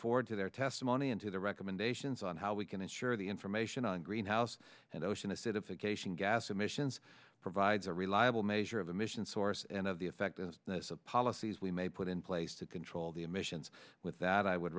forward to their testimony into their recommendations on how we can ensure the information on greenhouse and ocean acidification gas emissions provides a reliable measure of the mission source and of the effectiveness of policies we may put in place to control the emissions with that i would